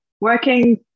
working